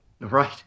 Right